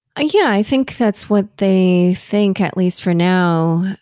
yeah i think that's what they think at least for now,